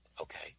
Okay